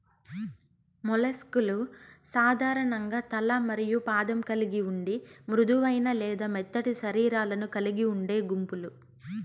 mollusc లు సాధారణంగా తల మరియు పాదం కలిగి ఉండి మృదువైన లేదా మెత్తటి శరీరాలను కలిగి ఉండే గుంపులు